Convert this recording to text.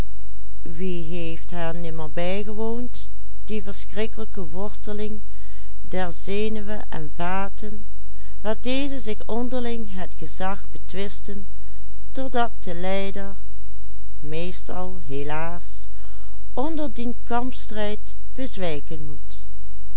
zenuwen en vaten waar deze zich onderling het gezag betwisten totdat de lijder meestal helaas onder dien kampstrijd bezwijken moet